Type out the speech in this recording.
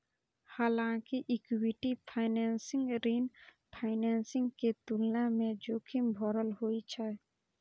हालांकि equity financing ऋण financing के तुलना मे जोखिम भरल होइ छै